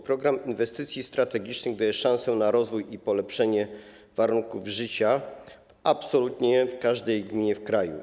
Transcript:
Program Inwestycji Strategicznych daje szansę na rozwój i polepszenie warunków życia absolutnie w każdej gminie w kraju.